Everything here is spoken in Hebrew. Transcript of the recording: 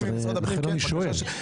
אז לכן אני שואל.